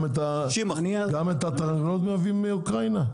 גם את התערובת מייבאים מאוקראינה?